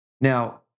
Now